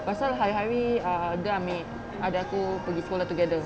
pasal hari-hari err dia ambil adik aku pergi sekolah together